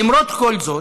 למרות כל זאת,